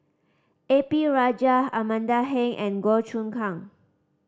A P Rajah Amanda Heng and Goh Choon Kang